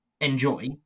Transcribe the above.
enjoy